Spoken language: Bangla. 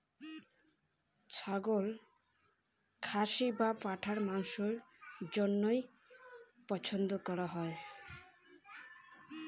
ছাগলের কুন জাত মাংসের জইন্য পছন্দ করাং হই?